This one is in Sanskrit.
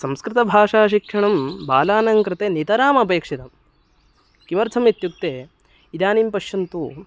संस्कृतभाषाशिक्षणं बालानं कृते नितरामपेक्षितम् किमर्थम् इत्युक्ते इदानीं पश्यन्तु